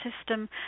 system